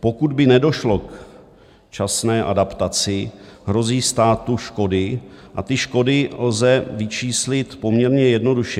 Pokud by nedošlo k včasné adaptaci, hrozí státu škody, a ty škody lze vyčíslit poměrně jednoduše.